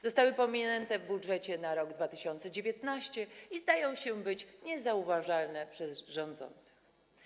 Zostały pominięte w budżecie na rok 2019 i zdają się być niezauważalne przez rządzących.